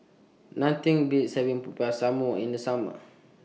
Nothing Beats having Popiah Sayur in The Summer